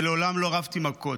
ומעולם לא רבתי מכות,